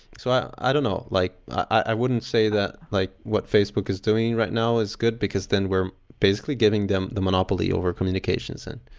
so i i don't know. like i wouldn't say that like what facebook is doing right now is good because then we're basically giving them the monopoly over communications. and